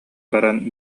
баран